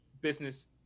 business